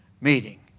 meeting